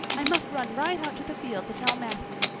i must run right out to the field to tell matthew.